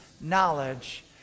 knowledge